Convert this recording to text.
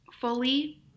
fully